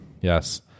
Yes